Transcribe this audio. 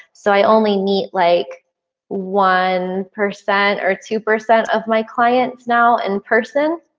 so i only meet like one percent or two percent of my clients now in person.